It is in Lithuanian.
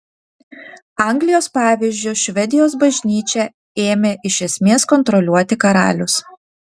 anglijos pavyzdžiu švedijos bažnyčią ėmė iš esmės kontroliuoti karalius